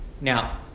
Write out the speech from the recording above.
Now